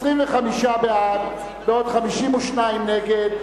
25 בעד, בעוד 52 נגד,